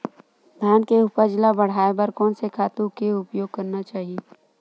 धान के उपज ल बढ़ाये बर कोन से खातु के उपयोग करना चाही?